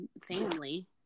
family